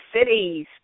Cities